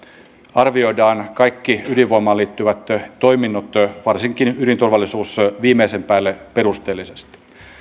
arvioidaan kaikki ydinvoimaan liittyvät toiminnot varsinkin ydinturvallisuus viimeisen päälle perusteellisesti